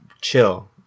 chill